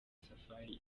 safari